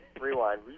Rewind